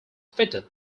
fitted